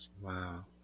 Wow